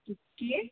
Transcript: की